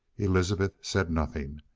elizabeth said nothing.